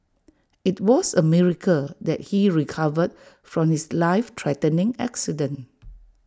IT was A miracle that he recovered from his life threatening accident